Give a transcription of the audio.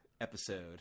episode